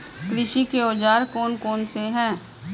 कृषि के औजार कौन कौन से हैं?